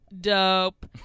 dope